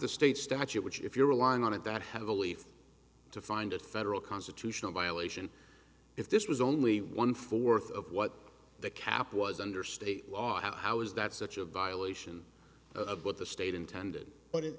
the state statute which if you're relying on it that heavily to find a federal constitutional violation if this was only one fourth of what the cap was under state law and how is that such a violation of what the state intended but it